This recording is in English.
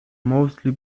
mostly